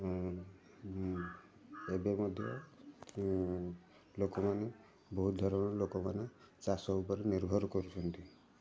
ଏବେ ମଧ୍ୟ ଲୋକମାନେ ବହୁତ ଧରଣର ଲୋକମାନେ ଚାଷ ଉପରେ ନିର୍ଭର କରୁଛନ୍ତି